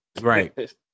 Right